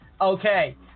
Okay